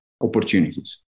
opportunities